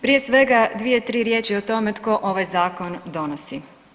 Prije svega, dvije tri riječi o tome tko ovaj zakon donosi.